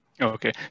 Okay